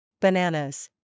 Bananas